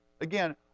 again